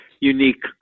unique